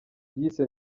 yise